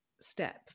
step